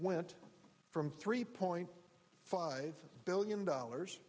went from three point five billion dollars